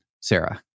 Sarah